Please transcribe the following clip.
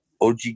OG